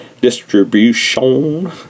distribution